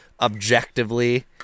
objectively